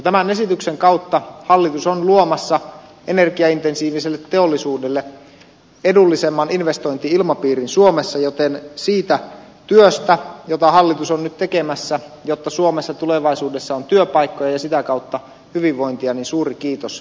tämän esityksen kautta hallitus on luomassa energiaintensiiviselle teollisuudelle edullisemman investointi ilmapiirin suomessa joten siitä työstä jota hallitus on nyt tekemässä jotta suomessa tulevaisuudessa on työpaikkoja ja sitä kautta hyvinvointia suuri kiitos hallitukselle